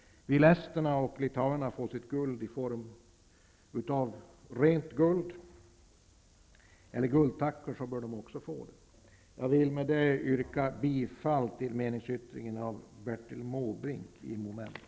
Vill esterna och litauerna få sitt guld i form av guldtackor, så bör de också få det. Jag vill med detta yrka bifall till meningsyttringen av Bertil Måbrink avseende mom. 1.